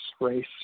race